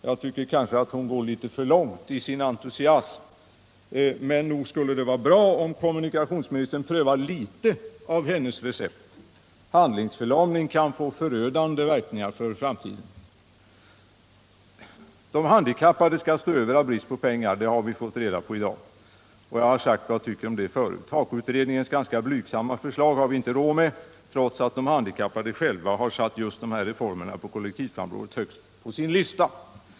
Jag anser kanske att hon går litet för långt i sin entusiasm, men nog skulle det vara bra om kommunikationsministern prövade litet av hennes recept. Handlingsförlamning kan få förödande verkningar för framtiden. De handikappade skall stå över på grund av brist på pengar — det har vi fått reda på i dag, och jag har sagt vad jag tycker om det förut. HAKO-utredningens ganska blygsamma förslag har vi inte råd med, trots att de handikappade själva har satt just de här reformerna på kollektivtrafikområdet högst på sin lista.